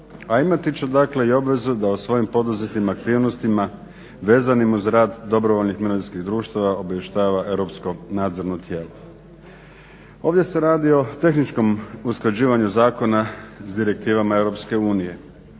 A imati će dakle i obvezu da u svojim poduzetim aktivnostima vezanim uz rad dobrovoljnih mirovinskih društava obavještava Europsko nadzorno tijelo. Ovdje se radi o tehničkom usklađivanju zakona s direktivama EU i